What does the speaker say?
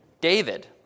David